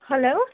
hello